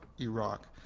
Iraq